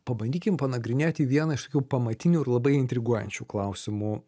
pabandykim panagrinėti vieną iš tokių pamatinių ir labai intriguojančių klausimų